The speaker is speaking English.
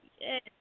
Yes